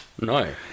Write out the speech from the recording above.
No